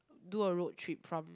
do a road trip from